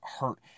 hurt